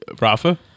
Rafa